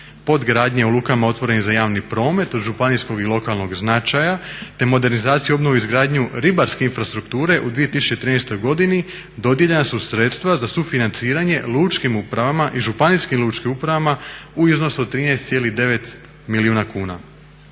podgradnje u lukama otvorenim za javni promet županijskog i lokalnog značaja te modernizaciju, obnovu i izgradnju ribarske infrastrukture u 2013. godini dodijeljena su sredstva za sufinanciranje lučkim upravama i županijskim lučkim upravama u iznosu od 13,9 milijuna kuna.